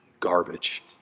Garbage